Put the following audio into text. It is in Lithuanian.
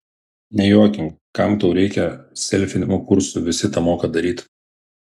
nejuokink kam tau reikia selfinimo kursų visi tą moka daryt